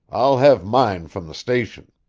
i'll have mine from the station.